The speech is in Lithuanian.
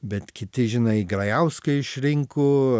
bet kiti žinai grajauską išrinko